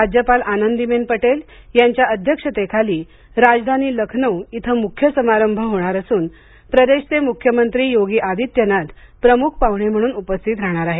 राज्यपाल आनंदीबेन पटेल यांच्या अध्यक्षतेखाली राजधानी लखनौ इथं मुख्य समारंभ होणार असून प्रदेशचे मुख्यमंत्री योगी आदित्यनाथ प्रमुख पाहुणे म्हणून उपस्थित राहणार आहेत